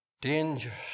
Dangerous